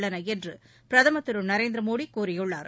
உள்ளன என்று பிரதமர் திரு நரேந்திர மோடி கூறியுள்ளார்